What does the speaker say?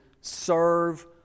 serve